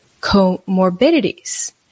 comorbidities